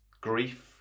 Grief